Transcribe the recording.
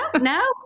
no